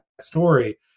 story